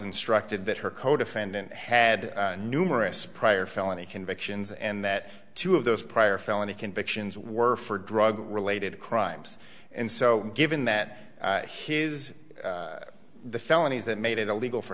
instructed that her codefendant had numerous prior felony convictions and that two of those prior felony convictions were for drug related crimes and so given that his the felonies that made it illegal for